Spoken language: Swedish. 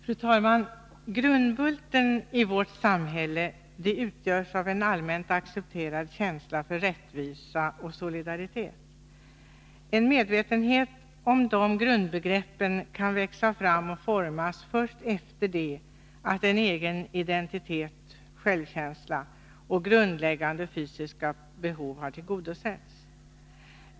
Fru talman! Grundbulten i vårt samhälle utgörs av en allmänt accepterad känsla för rättvisa och solidaritet. En medvetenhet om dessa grundbegrepp kan växa fram och formas först efter det att en egen identitet och självkänsla har skapats och grundläggande fysiska behov har tillgodosetts.